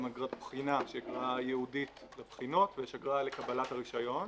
גם אגרת בחינה שהיא ייעודית לבחינות ויש אגרה לקבלת הרישיון